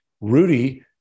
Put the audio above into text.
Rudy